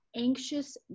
anxious